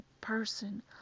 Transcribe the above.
person